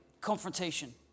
confrontation